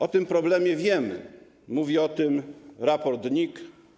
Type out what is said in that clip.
O tym problemie wiemy, mówi o tym raport NIK.